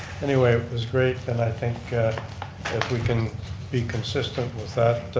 anyway, it was great and i think if we can be consistent with that,